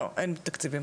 לא אין תקציבים.